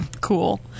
Cool